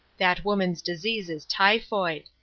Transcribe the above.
that woman's disease is typhoid!